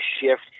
shift